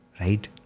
right